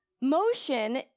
Motion